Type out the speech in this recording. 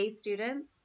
students